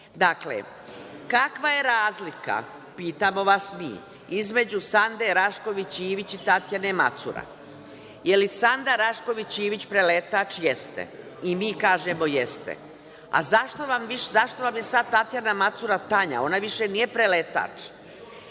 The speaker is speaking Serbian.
Dakle, kakva je razlika, pitamo vas mi, između Sande Rašković Ivić i Tatjane Macura? Da li je Sanda Rašković Ivić preletač? Jeste. I mi kažemo da jeste. Zašto vam je sad Tatjana Macura Tanja, ona više nije preletač?